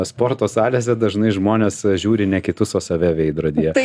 sporto salėse dažnai žmonės žiūri ne kitus o save veidrodyje